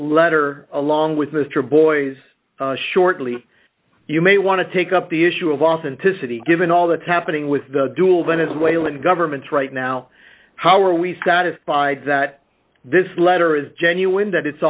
letter along with mr boies shortly you may want to take up the issue of authenticity given all the tapping with the dual venezuelan government right now how are we satisfied that this letter is genuine that it's